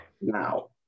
now